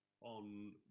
on